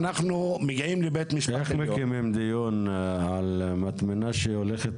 איך מקיימים דיון על מטמנה שהולכת